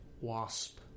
wasp